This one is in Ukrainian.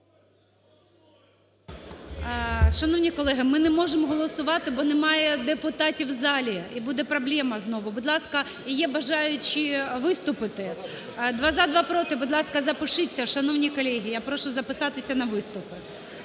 Шановні колеги, ми не можемо голосувати, бо немає депутатів в залі і буде проблема знову. Будь ласка, є бажаючі виступити? Два – за, два – проти. Будь ласка, запишіться. Шановні колеги, я прошу записатися на виступи.